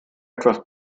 etwas